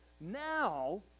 Now